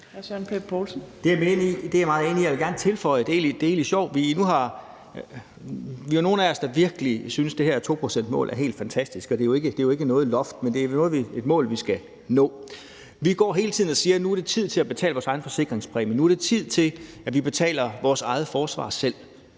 enig i, og det vil jeg gerne tilføje noget til. Vi er jo nogle, der virkelig synes, at det her mål på 2 pct. er helt fantastisk. Det er jo ikke noget loft, men det er et mål, vi skal nå. Vi går hele tiden og siger: Nu er det tid til at betale vores egen forsikringspræmie, nu er det tid til, at vi betaler vores eget forsvar selv.